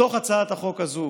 הצעת החוק הזו